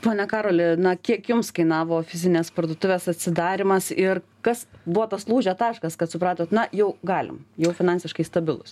pone karoli na kiek jums kainavo fizinės parduotuvės atsidarymas ir kas buvo tas lūžio taškas kad supratot na jau galim jau finansiškai stabilūs